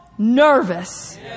Nervous